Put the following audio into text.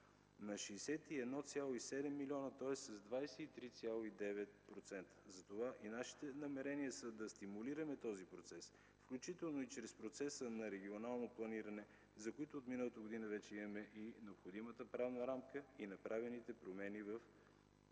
на 61,7 милиона, тоест с 23,9%. Затова и нашите намерения са да стимулираме този процес, включително и чрез процеса на регионално планиране, за което от миналата година вече имаме и необходимата правна рамка, и направените промени в